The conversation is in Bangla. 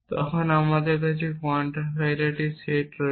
তখন আমাদের কাছে কোয়ান্টিফায়ারের একটি সেট রয়েছে